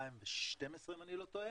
ב-2012 אם אני לא טועה,